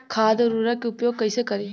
खाद व उर्वरक के उपयोग कईसे करी?